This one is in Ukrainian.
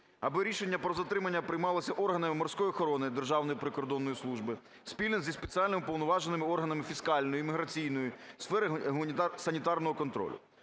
аби рішення про затримання приймалося органами Морської охорони Державної прикордонної служби спільно зі спеціальними уповноваженими органами фіскальної, міграційної сфери санітарного контролю,